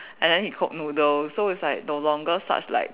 and then he cook noodles so it's like no longer such like